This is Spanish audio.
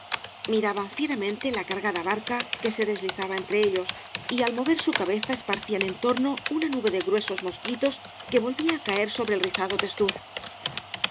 miraban fieramente la cargada barca que se deslizaba entre ellos y al mover su cabeza esparcían en torno una nube de gruesos moequiíos que volvía á caer sobre el rizado